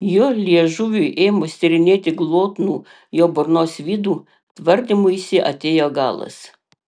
jo liežuviui ėmus tyrinėti glotnų jos burnos vidų tvardymuisi atėjo galas